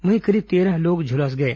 वहीं करीब तेरह लोग झुलस गए